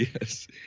Yes